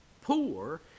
poor